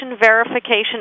verification